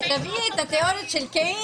ותביא את התיאוריות של קיינס.